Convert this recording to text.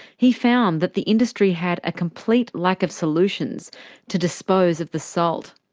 he found that the industry had a complete lack of solutions to dispose of the salt.